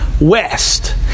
west